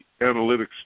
analytics